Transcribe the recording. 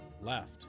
left